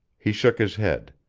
he shook his head.